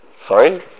sorry